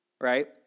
right